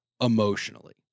emotionally